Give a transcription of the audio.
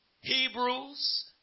Hebrews